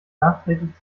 nachträglich